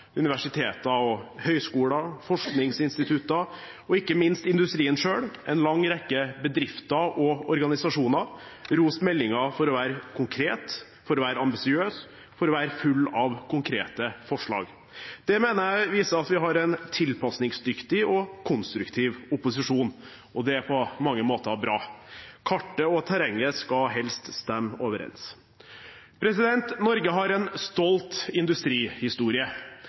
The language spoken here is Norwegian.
universiteter og høgskoler, forskningsinstitutter – og ikke minst industrien selv – en lang rekke bedrifter og organisasjoner roste meldingen for å være konkret, ambisiøs og full av konkrete forslag. Det mener jeg viser at vi har en tilpasningsdyktig og konstruktiv opposisjon – og det er på mange måter bra. Kartet og terrenget skal helst stemme overens. Norge har en stolt industrihistorie.